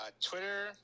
Twitter